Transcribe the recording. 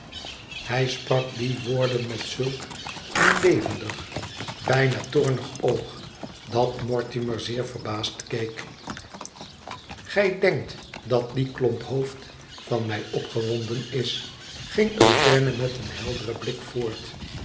hij sprak die woorden met zulk een levendig bijna toornig oog dat mortimer zeer verbaasd keek gij denkt dat die klomp hoofd van mij opgewonden is ging eugène met een helderen blik voort